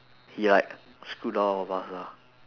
he like screwed all of us ah